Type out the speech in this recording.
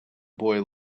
boy